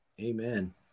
Amen